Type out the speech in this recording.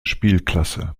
spielklasse